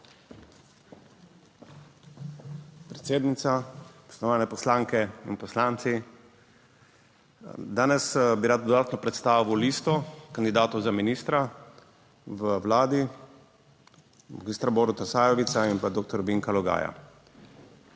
Predsednica, spoštovane poslanke in poslanci! Danes bi rad dodatno predstavil listo kandidatov za ministra v Vladi, magistra Boruta Sajovica in doktor Vinka Logaja.